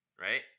right